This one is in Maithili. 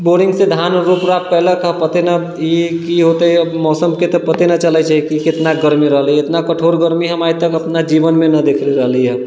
बोरिङ्ग से धान रोप राप कैलक आ पते नहि ई की होतै मौसमके तऽ पते नहि चलैत छै कि कितना गरमी रहलैया इतना कठोर गरमी हम आइ तक अपना जीवनमे नहि देखले रहली हँ